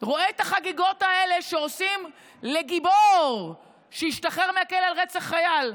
רואה את החגיגות האלה שעושים לגיבור שהשתחרר מהכלא על רצח חייל.